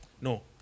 No